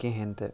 کِہیٖنۍ تہِ